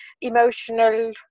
emotional